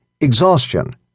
exhaustion